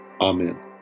Amen